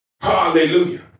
Hallelujah